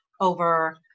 over